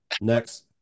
Next